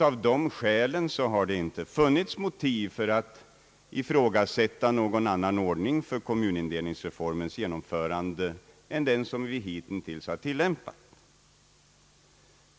Av dessa skäl har det inte funnits motiv för att ifrågasätta någon annan ordning för kommunindelningsreformens genomförande än den som vi hittills har tillämpat.